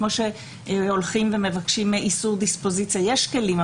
כמו שהולכים ומבקשים איסור דיספוזיציה יש כלים,